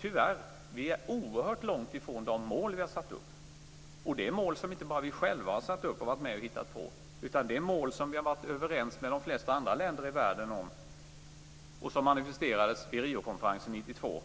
Tyvärr är vi oerhört långt ifrån de mål som vi har satt upp. Det är mål som inte bara vi själva har satt upp och varit med om att hitta på, utan det är mål som vi har varit överens om med de flesta andra länder i världen och som manifesterades vid Riokonferensen 1992.